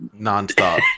nonstop